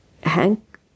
Hank